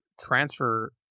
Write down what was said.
transfer –